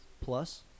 Plus